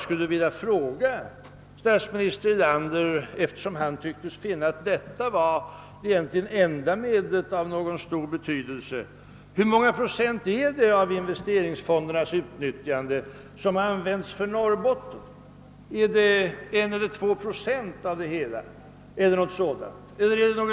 Eftersom statsminister Erlander tycktes finna att detta var det egentligen enda medlet av någon större betydelse, skulle jag vilja fråga, hur många procent av investeringsfonderna som utnyttjats för Norrbotten. är det 1 eller 2 procent av hela utnyttjandet, eller är det mer?